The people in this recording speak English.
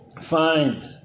find